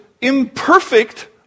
imperfect